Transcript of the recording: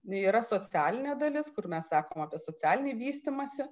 nei yra socialinė dalis kur mes sakom apie socialinį vystymąsi